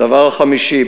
הדבר החמישי,